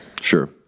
Sure